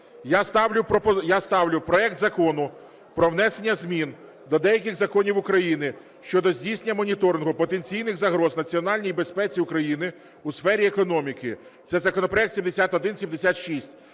Я ставлю проект Закону про внесення змін до деяких законів України щодо здійснення моніторингу потенційних загроз національній безпеці України у сфері економіки. Це законопроект 7176.